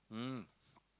mm